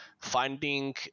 finding